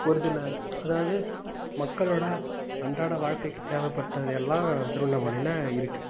ஒரு சில அதாவது மக்களோடய அன்றாட வாழ்க்கைக்கு தேவைப்பட்டது எல்லாம் திருவண்ணாமலையில் இருக்குது